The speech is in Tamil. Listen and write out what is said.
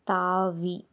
தாவி